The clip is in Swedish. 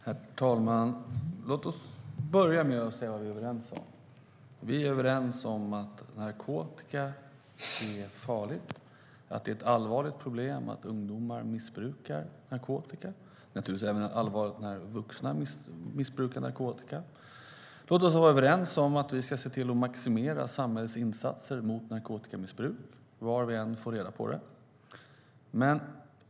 Herr talman! Låt oss börja med att säga vad vi är överens om. Vi är överens om att narkotika är farligt och att det är ett allvarligt problem att ungdomar missbrukar narkotika. Naturligtvis är det även allvarligt när vuxna missbrukar narkotika. Låt oss vara överens om att vi ska se till att maximera samhällets insatser mot narkotikamissbruk var vi än får reda på det.